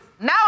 Now